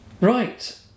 Right